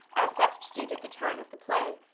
as best suited the turn of the play.